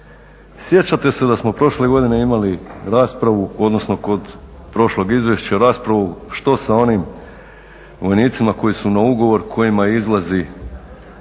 Sjećate se da smo prošle godine imali raspravu odnosno kod prošlog izvješća raspravu što sa onim vojnicima koji su na ugovor, kojima izlazi